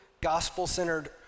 gospel-centered